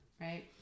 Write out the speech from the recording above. right